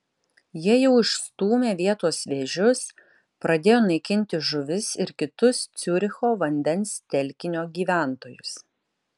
jie jau išstūmė vietos vėžius pradėjo naikinti žuvis ir kitus ciuricho vandens telkinio gyventojus